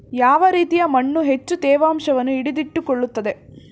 ಯಾವ ರೀತಿಯ ಮಣ್ಣು ಹೆಚ್ಚು ತೇವಾಂಶವನ್ನು ಹಿಡಿದಿಟ್ಟುಕೊಳ್ಳುತ್ತದೆ?